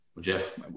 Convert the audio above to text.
Jeff